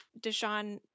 Deshaun